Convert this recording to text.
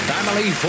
Family